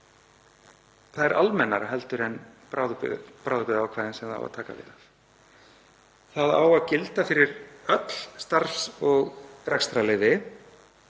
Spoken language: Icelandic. það er almennara heldur en bráðabirgðaákvæðin sem það á að taka við af. Það á að gilda fyrir öll starfs- og rekstrarleyfi.